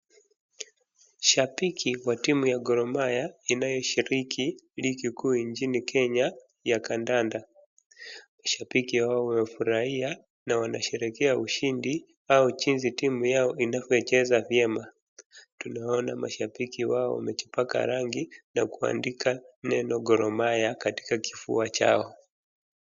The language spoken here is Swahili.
Shabiki wa timu ya Gor Mahia inayoshiriki ligi kuu nchini Kenya ya kandanda. Shabiki hawa wamefurahia na wanasherekea ushindi au jinsi timu yao inavyocheza vyema. Tunawaona mashabiki wao wamejipaka rangi na kuandika neno Gor Mahia katika kifua chao.